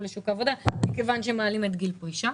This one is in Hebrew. לשוק העבודה מכיוון שמעלים את גיל הפרישה,